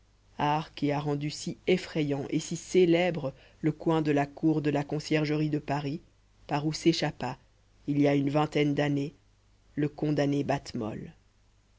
qui a rendu si effrayant et si célèbre le coin de la cour de la conciergerie de paris par où s'échappa il y a une vingtaine d'années le condamné